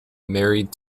married